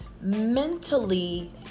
mentally